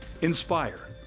inspire